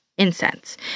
Incense